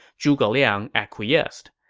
zhuge liang acquiesced.